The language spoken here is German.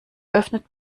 öffnet